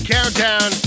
Countdown